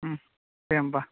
दे होनबा